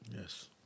Yes